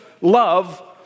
love